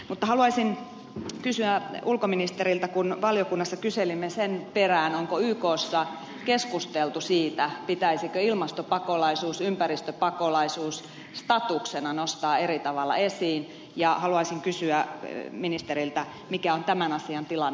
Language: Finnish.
mutta haluaisin kysyä ulkoministeriltä kun valiokunnassa kyselimme sen perään onko ykssa keskusteltu siitä pitäisikö ilmastopakolaisuus ympäristöpakolaisuus statuksena nostaa eri tavalla esiin mikä on tämän asian tilanne tällä hetkellä